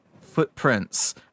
footprints